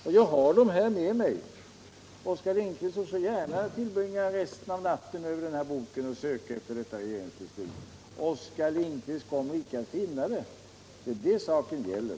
Jag har tagit med dem till kammaren, och Oskar Lindkvist får gärna tillbringa resten av natten över protokollsboken och söka efter detta regeringsbeslut —- han kommer icke att finna det. Det är det saken gäller.